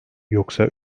yoksa